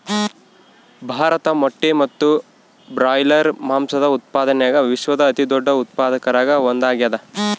ಭಾರತ ಮೊಟ್ಟೆ ಮತ್ತು ಬ್ರಾಯ್ಲರ್ ಮಾಂಸದ ಉತ್ಪಾದನ್ಯಾಗ ವಿಶ್ವದ ಅತಿದೊಡ್ಡ ಉತ್ಪಾದಕರಾಗ ಒಂದಾಗ್ಯಾದ